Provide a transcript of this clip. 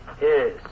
Yes